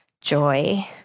joy